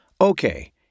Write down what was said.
Okay